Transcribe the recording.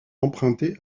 empruntée